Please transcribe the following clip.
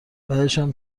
بعدشم